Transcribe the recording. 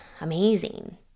amazing